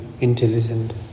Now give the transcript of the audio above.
intelligent